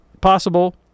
possible